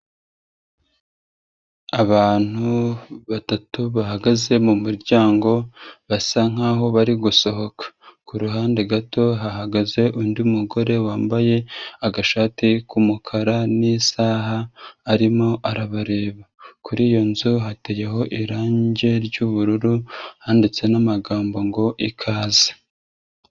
Abantu batatu bahagaze mu muryango basa nk'aho bari gusohoka, kuruhande gato hahagaze undi mugore wambaye agashati k'umukara n'isaha arimo arabareba, kuri iyo nzu hateyeho irange ry'ubururu handitse n'amagambo ngo ikaze.